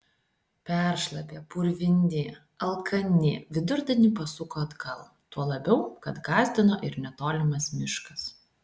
peršlapę purvini alkani vidurdienį pasuko atgal tuo labiau kad gąsdino ir netolimas miškas